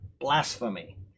blasphemy